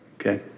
okay